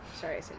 Sorry